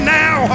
now